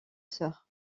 soeur